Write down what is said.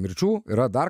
mirčių yra dar